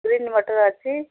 green ମଟର ଅଛି